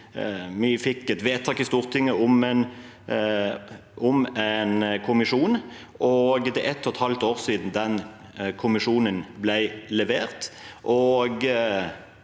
vi fikk et vedtak i Stortinget om en kommisjon, og det er et og et halvt år siden den kommisjonens utredning